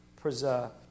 preserved